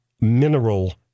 mineral